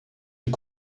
est